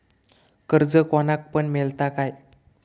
कर्ज कोणाक पण मेलता काय?